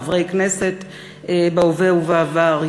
חברי כנסת בהווה ובעבר,